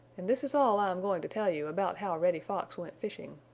and this is all i am going to tell you about how reddy fox went fishing.